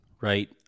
right